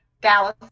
Dallas